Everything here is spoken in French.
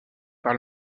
par